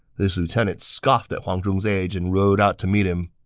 this lieutenant scoffed at huang zhong's age and rode out to meet him.